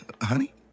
honey